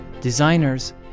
designers